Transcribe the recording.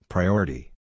Priority